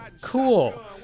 Cool